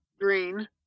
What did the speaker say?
Green